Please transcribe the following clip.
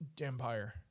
Empire